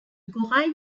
corail